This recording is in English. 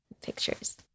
pictures